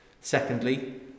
Secondly